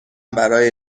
برای